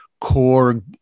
core